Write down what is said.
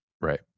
Right